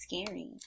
scary